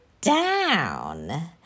down